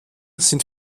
sind